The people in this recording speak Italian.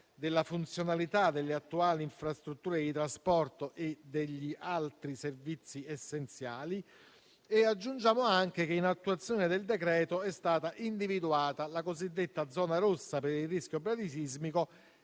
della funzionalità delle attuali infrastrutture di trasporto e degli altri servizi essenziali. Aggiungiamo che, in attuazione del decreto, è stata individuata la cosiddetta zona rossa per il rischio bradisismico,